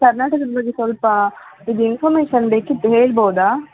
ಕರ್ನಾಟಕದ ಬಗ್ಗೆ ಸ್ವಲ್ಪ ಇದು ಇನ್ಫಾರ್ಮೇಶನ್ ಬೇಕಿತ್ತು ಹೇಳ್ಬೌದಾ